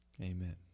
amen